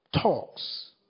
talks